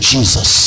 Jesus